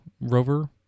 rover